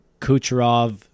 Kucherov